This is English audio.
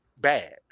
bad